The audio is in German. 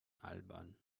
albern